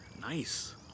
nice